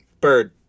Bird